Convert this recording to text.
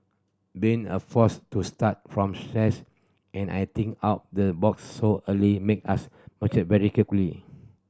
being a force to start from scratch and I think out the box so early made us mature very quickly